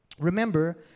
Remember